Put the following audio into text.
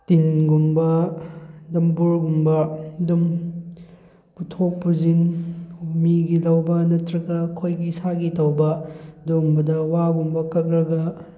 ꯇꯤꯟꯒꯨꯝꯕ ꯗꯝꯕꯨꯔꯒꯨꯝꯕ ꯑꯗꯨꯝ ꯄꯨꯊꯣꯛ ꯄꯨꯁꯤꯟ ꯃꯤꯒꯤ ꯂꯧꯕ ꯅꯠꯇ꯭ꯔꯒ ꯑꯩꯈꯣꯏꯒꯤ ꯏꯁꯥꯒꯤ ꯇꯧꯕ ꯑꯗꯨꯒꯨꯝꯕꯗ ꯋꯥꯒꯨꯝꯕ ꯀꯛꯑꯒ